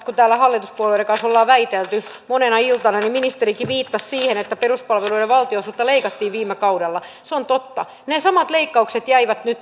kun täällä hallituspuolueiden kanssa ollaan väitelty monena iltana niin ministerikin viittasi siihen että peruspalveluiden valtionosuutta leikattiin viime kaudella se on totta ne samat leikkaukset jäivät nyt